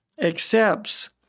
accepts